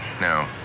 No